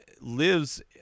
lives